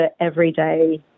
everyday